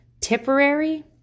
Tipperary